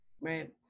Right